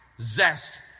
zest